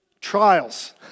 trials